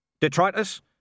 Detritus